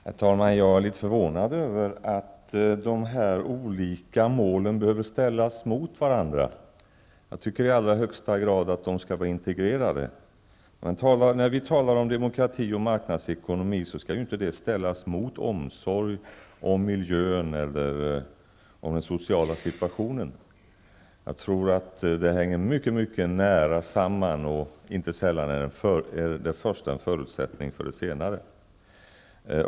Herr talman! Jag är litet förvånad över att dessa olika mål behöver ställas mot varandra. Jag tycker att de i allra högsta grad skall vara integrerade. När vi talar om demokrati och marknadsekonomi skall det ju inte ställas emot omsorg om miljön eller den sociala situationen. Jag tror att de hänger mycket nära samman. Det första är inte sällan en förutsättning för det senare.